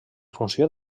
funció